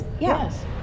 yes